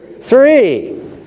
Three